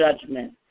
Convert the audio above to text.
judgment